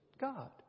God